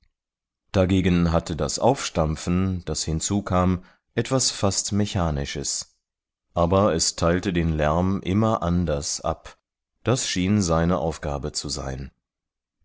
dagegen hatte das aufstampfen das hinzukam etwas fast mechanisches aber es teilte den lärm immer anders ab das schien seine aufgabe zu sein